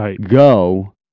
go